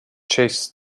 chess